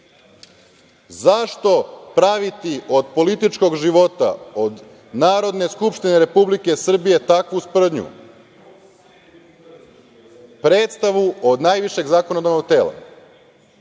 Zašto praviti od političkog života, od Narodne skupštine Republike Srbije takvu sprdnju, predstavu od najvišeg zakonodavnog tela